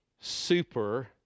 super